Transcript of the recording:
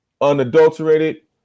unadulterated